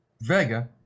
Vega